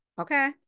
okay